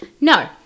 No